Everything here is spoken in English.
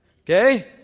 Okay